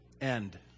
end